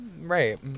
Right